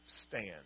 stand